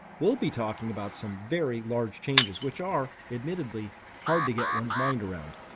we'll be talking about some very large changes, which are admittedly hard to get ones mind around.